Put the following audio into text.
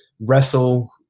wrestle